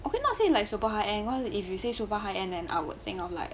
I could not say like super high end well if you say super high end then I would think of like